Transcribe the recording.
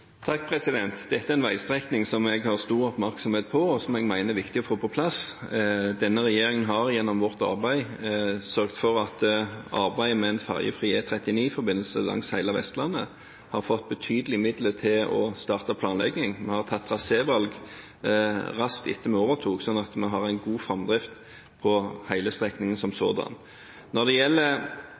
Dette er en veistrekning som jeg vier stor oppmerksomhet, og som jeg mener er viktig å få på plass. Denne regjeringen har gjennom sitt arbeid sørget for at arbeidet med en ferjefri E39-forbindelse langs hele Vestlandet har fått betydelige midler til å starte planlegging. Vi foretok trasévalg raskt etter at vi overtok, så vi har en god framdrift på hele strekningen som sådan. Når det gjelder